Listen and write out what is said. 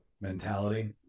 mentality